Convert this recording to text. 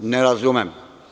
Ne razumem.